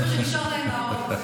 זה מה שנשאר להם להראות.